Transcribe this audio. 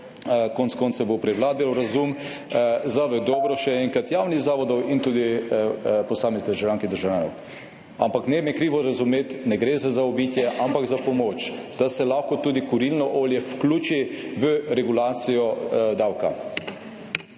Konec koncev bo prevladal razum za dobro, še enkrat, javnih zavodov in tudi posameznih državljank in državljanov. Ampak ne me krivo razumeti. Ne gre za zaobidenje, ampak za pomoč, da se lahko tudi kurilno olje vključi v regulacijo davka.